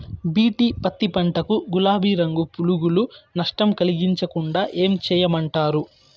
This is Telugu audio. బి.టి పత్తి పంట కు, గులాబీ రంగు పులుగులు నష్టం కలిగించకుండా ఏం చేయమంటారు?